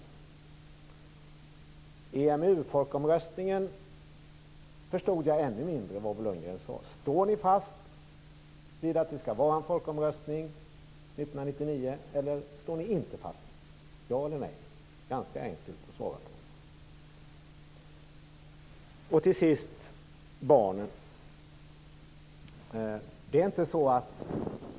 Jag förstod ännu mindre vad Bo Lundgren sade om EMU-folkomröstningen. Står ni fast vid att det skall vara en folkomröstning 1999, eller står ni inte fast vid det? Ja eller nej? Det är ganska enkelt att svara på. Till sist vill jag tala om barnen.